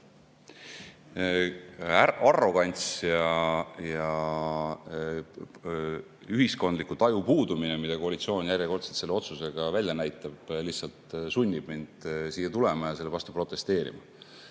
arrogants ja ühiskondliku taju puudumine, mida koalitsioon järjekordselt selle otsusega välja näitab, lihtsalt sunnib mind siia tulema ja selle vastu protesteerima,